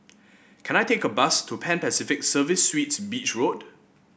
can I take a bus to Pan Pacific Serviced Suites Beach Road